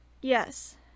Yes